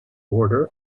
order